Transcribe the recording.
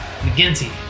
mcginty